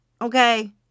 Okay